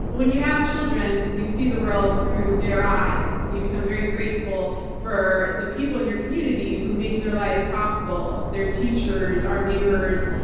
when you have children, you see the world through their eyes. you become very grateful for the people in your community, who make their lives possible, their teachers, our neighbors,